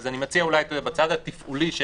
אז אני מציע אולי בצד התפעולי של